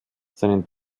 seinen